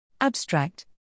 Abstract